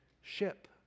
ship